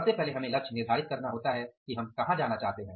सबसे पहले हमें लक्ष्य निर्धारित करना होता है कि हम कहाँ जाना चाहते हैं